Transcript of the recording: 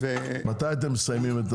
מתי אתם מסיימים?